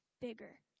bigger